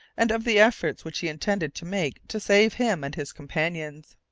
and of the efforts which he intended to make to save him and his companions.